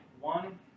one